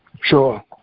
Sure